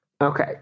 Okay